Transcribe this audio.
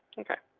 ok?